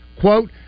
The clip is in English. quote